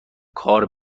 کار